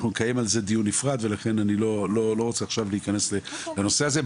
אנחנו נקיים על זה דיון נפרד ולכן אני לא רוצה עכשיו להיכנס לנושא הזה.